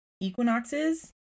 equinoxes